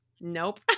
Nope